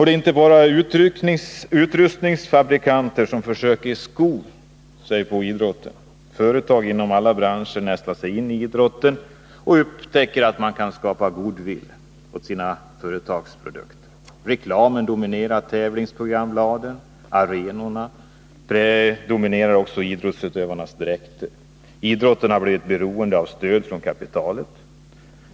Det är inte bara utrustningsfabrikanter som försöker sko sig på idrotten. Företag inom alla branscher nästlar sig in i idrotten och upptäcker att man kan skapa goodwill för sina produkter. Reklamen dominerar tävlingsprogrambladen och arenorna, och den dominerar också idrottsutövarnas dräkter. Idrotten har blivit beroende av stöd från kapitalet.